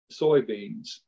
soybeans